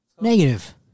Negative